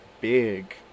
big